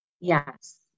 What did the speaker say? yes